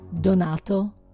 Donato